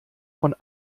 von